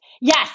Yes